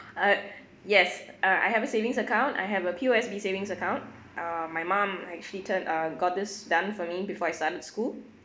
uh yes uh I have a savings account I have a P_O_S_B savings account uh my mum actually turn uh got this done for me before I started school